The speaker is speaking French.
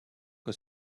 que